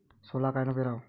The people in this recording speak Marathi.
सोला कायनं पेराव?